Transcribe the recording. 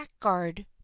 backguard